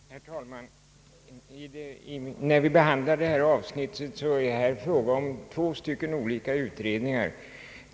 Herr talman! När vi behandlar det avsnitt som nu skall diskuteras är det bl.a. fråga om två olika utredningar.